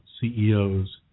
CEOs